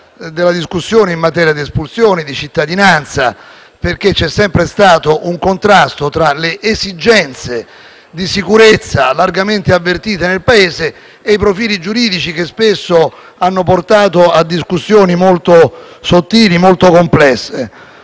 della discussione in materie quali l'espulsione o la cittadinanza, perché c'è sempre stato un contrasto tra le esigenze di sicurezza, largamente avvertite nel Paese, e i profili giuridici che spesso hanno portato a discussioni molto sottili e complesse.